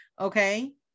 Okay